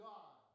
God